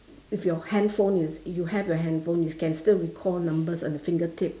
if your handphone is if you have your handphone you can still recall numbers on your fingertip